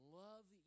love